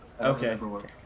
Okay